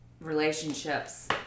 relationships